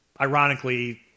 ironically